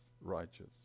righteous